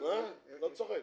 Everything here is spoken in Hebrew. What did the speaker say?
לא צוחק.